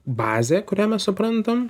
bazė kurią mes suprantam